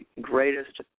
greatest